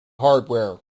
hardware